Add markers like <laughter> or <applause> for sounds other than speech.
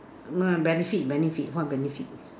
<noise> benefit benefit what benefit